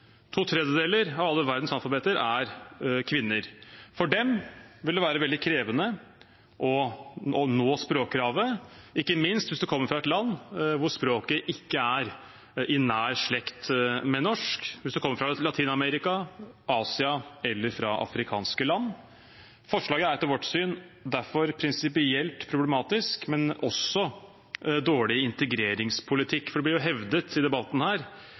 To tredjedeler av alle verdens analfabeter er kvinner. For dem vil det være veldig krevende å nå språkkravet, ikke minst hvis man kommer fra et land hvor språket ikke er i nær slekt med norsk – hvis man kommer fra Latin-Amerika, Asia eller fra afrikanske land. Forslaget er etter vårt syn derfor prinsipielt problematisk, men også dårlig integreringspolitikk. Det blir hevdet i debatten her